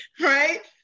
right